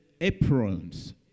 aprons